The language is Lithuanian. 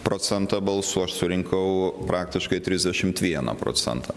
procentą balsų aš surinkau praktiškai trisdešimt vieną procentą